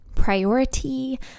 priority